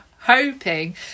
hoping